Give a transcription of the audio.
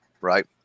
Right